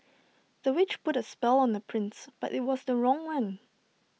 the witch put A spell on the prince but IT was the wrong one